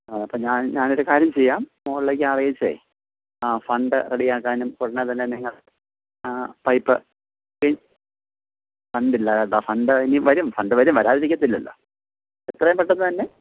ആ അപ്പം ഞാൻ ഞാന് ഒരു കാര്യം ചെയ്യാം മോളിലേക്ക് അറിയിച്ചേ ആ ഫണ്ട് റെഡി ആക്കാനും ഉടനെ തന്നെ നിങ്ങൾ പൈപ്പ് ഇ ഫണ്ട് ഇല്ല കേട്ടോ ഫണ്ട് ഇനി വരും ഫണ്ട് വരും വരാതിരിക്കില്ലല്ലോ എത്രയും പെട്ടെന്ന് തന്നെ